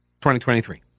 2023